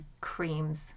creams